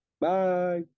bye